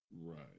Right